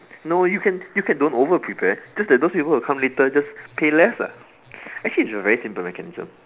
no you can you can don't overprepare just that those people who come later just pay less lah actually it's a very simple mechanism